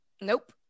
Nope